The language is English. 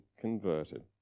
converted